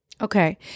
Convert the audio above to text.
Okay